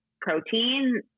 protein